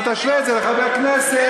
ותשווה את זה לחבר כנסת.